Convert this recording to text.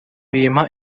bimpa